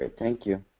ah thank you.